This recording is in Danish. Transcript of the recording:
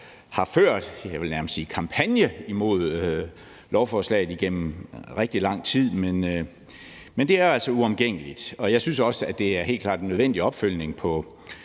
sige kampagne imod lovforslaget igennem rigtig lang tid. Men det er altså uomgængeligt. Jeg synes også, det helt klart er en nødvendig opfølgning på